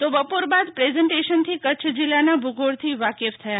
તો બપોર બાદ પ્રેજન્ટેશનથી કચ્છ જિલ્લાના ભૂગોળથી વાકેફ પણ થશે